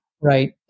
right